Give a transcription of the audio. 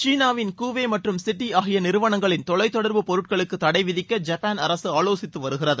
சீனாவின் கூவே மற்றும் ஸிட்டி ஆகிய நிறுவனங்களில் தொலைத்தொடர்பு பொருட்களுக்கு தடை விதிக்க ஜப்பான் அரசு ஆலோசித்து வருகிறது